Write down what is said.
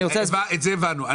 את זה הבנו.